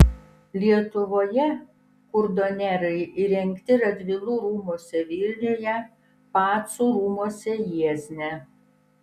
lietuvoje kurdonerai įrengti radvilų rūmuose vilniuje pacų rūmuose jiezne